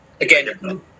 again